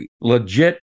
legit